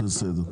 כן.